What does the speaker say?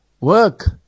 Work